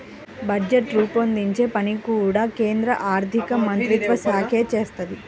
budget రూపొందించే పని కూడా కేంద్ర ఆర్ధికమంత్రిత్వశాఖే చేత్తది